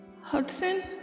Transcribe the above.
Hudson